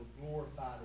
glorified